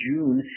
June